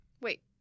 Wait